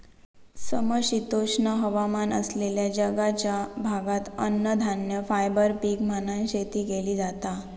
समशीतोष्ण हवामान असलेल्या जगाच्या भागात अन्नधान्य, फायबर पीक म्हणान शेती केली जाता